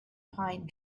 pine